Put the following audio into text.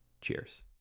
cheers